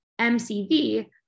MCV